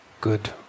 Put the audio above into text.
good